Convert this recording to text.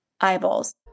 eyeballs